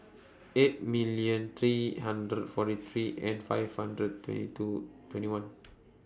eight million three hundred forty three and five hundred twenty two twenty one